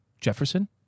Jefferson